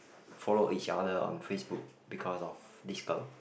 follow each other on FaceBook because of this girl